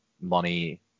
money